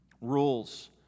rules